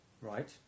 Right